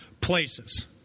places